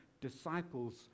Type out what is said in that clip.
disciples